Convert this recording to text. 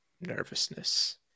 nervousness